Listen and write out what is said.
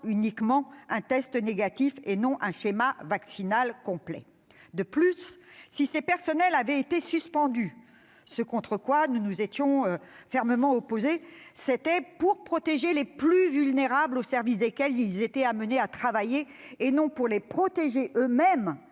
uniquement un test négatif et non un schéma vaccinal complet. De plus, si ces personnels avaient été suspendus, ce à quoi nous étions fermement opposés, c'était pour protéger les plus vulnérables au service desquels ils étaient amenés à travailler et non pour les protéger eux-mêmes